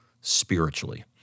spiritually